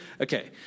Okay